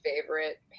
favorite